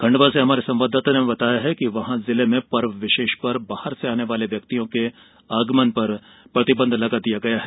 खंडवा से हमारे संवाददाता ने बताया है कि वहां जिले में पर्व विशेष पर बाहर से आने वाले व्यक्तियों के आगमन पर प्रतिबंध लगा दिया गया है